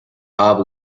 bob